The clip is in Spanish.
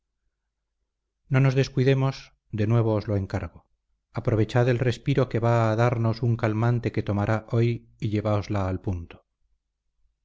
nos descuidemos de nuevo os lo encargo aprovechad el respiro que va a darnos un calmante que tomará hoy y lleváosla al punto